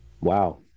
Wow